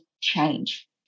change